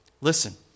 Listen